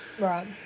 Right